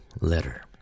Letter